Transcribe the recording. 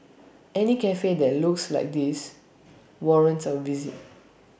any Cafe that looks like this warrants A visit